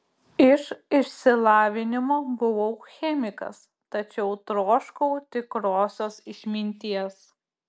iš išsilavinimo buvau chemikas tačiau troškau tikrosios išminties